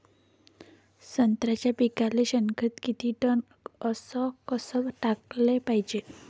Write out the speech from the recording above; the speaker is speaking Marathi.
संत्र्याच्या पिकाले शेनखत किती टन अस कस टाकाले पायजे?